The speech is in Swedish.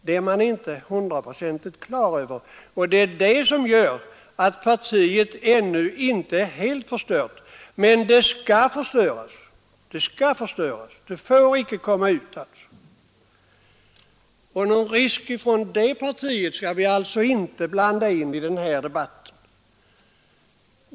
Det är man inte hundraprocentigt på det klara med, och det är därför som partiet ännu inte är helt förstört. Men det skall förstöras. Det får icke komma ut på marknaden. Någon risk från det partiet skall vi alltså inte blanda in i den här debatten.